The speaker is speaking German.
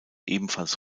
ebenfalls